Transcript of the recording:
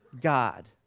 God